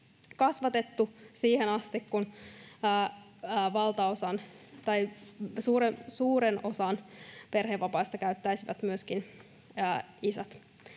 kasvatettu siihen asti, kun suuren osan perhevapaista käyttäisivät myöskin isät.